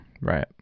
Right